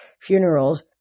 funerals